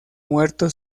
muerto